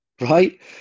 right